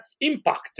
impact